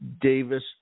Davis